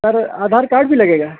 سر Aadhaar card بھی لگے گا